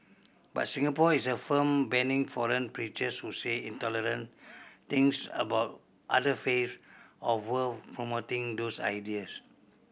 but Singapore is a firm banning foreign preachers who say intolerant things about other faiths or worse promoting those ideas